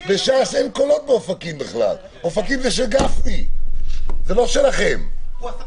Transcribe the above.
7. הצעת צו המועצות המקומיות (עבירות קנס) (תיקון),